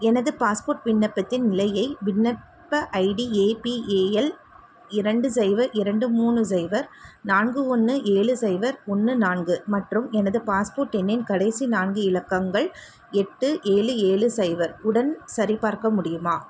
எனது பாஸ்போர்ட் விண்ணப்பத்தின் நிலையை விண்ணப்ப ஐடி ஏபிஏஎல் இரண்டு சைபர் இரண்டு மூணு சைபர் நான்கு ஒன்று ஏழு சைபர் ஒன்று நான்கு மற்றும் எனது பாஸ்போர்ட் எண்ணின் கடைசி நான்கு இலக்கங்கள் எட்டு ஏழு ஏழு சைபர் உடன் சரிபார்க்க முடியுமா